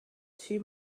too